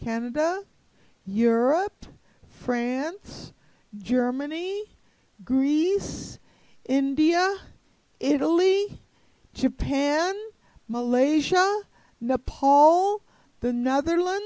canada europe france germany greece india italy's japan malaysia nepal the nother lands